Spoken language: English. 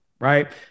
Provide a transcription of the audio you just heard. right